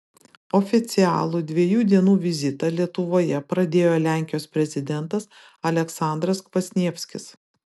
oficialų dviejų dienų vizitą lietuvoje pradėjo lenkijos prezidentas aleksandras kvasnievskis